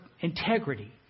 Integrity